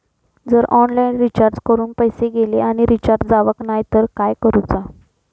जर online recharge करून पैसे गेले आणि रिचार्ज जावक नाय तर काय करूचा?